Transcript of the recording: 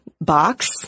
box